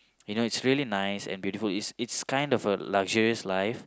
you know it's really nice and beautiful it's it's kind of a luxurious life